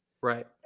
right